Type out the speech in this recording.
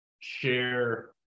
share